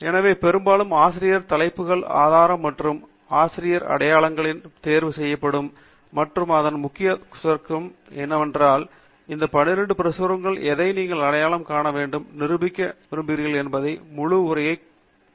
எனவே பெரும்பாலும் ஆசிரியர் தலைப்புகள் ஆதாரம் மற்றும் ஆசிரியர் அடையாளங்காட்டிகள் தேர்வு செய்யப்படும் மற்றும் அதன் மிக முக்கியமானது சுருக்கம் தேர்ந்தெடுக்கவும் ஏனென்றால் இந்த 12 பிரசுரங்களில் எதை நீங்கள் அடையாளம் காண வேண்டுமென நிரூபிக்க விரும்புகிறீர்கள் என்பதே முழு உரை அந்த குறிப்பிட்ட கட்டுரையில்